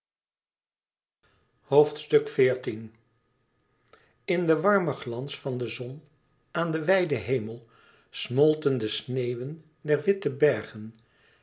in den warmen glans van de zon aan den wijden hemel smolten de sneeuwen der witte bergen